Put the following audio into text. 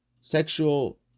sexual